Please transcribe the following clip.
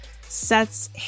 sets